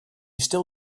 still